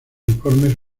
informes